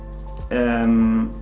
and,